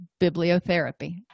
bibliotherapy